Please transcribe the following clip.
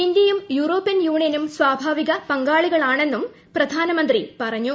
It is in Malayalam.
ഇന്ത്യയും യൂറോപ്യൻ യൂണിയനും സ്വാഭാവിക പങ്കാളികളാണെന്നും പ്രധാനമന്ത്രി പറഞ്ഞു